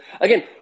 again